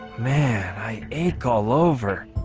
man i ate call over